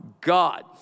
God